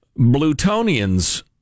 Blutonians